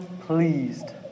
pleased